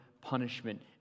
punishment